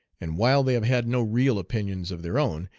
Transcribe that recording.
and while they have had no real opinions of their own,